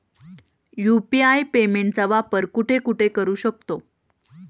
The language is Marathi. यु.पी.आय पेमेंटचा वापर कुठे कुठे करू शकतो?